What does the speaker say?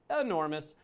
enormous